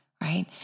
right